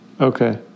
Okay